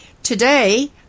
Today